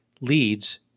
leads